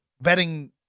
betting